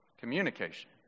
communication